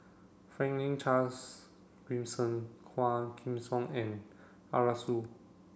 Franklin Charles Gimson Quah Kim Song and Arasu